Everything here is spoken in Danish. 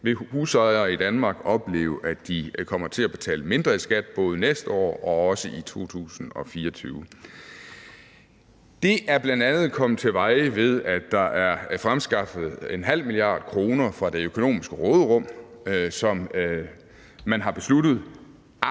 vil husejere i Danmark opleve, at de kommer til at betale mindre i skat både næste år og i 2024. Det er bl.a. kommet til veje, ved at der er fremskaffet 0,5 mia. kr. fra det økonomiske råderum, som man har besluttet at bruge.